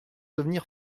devenir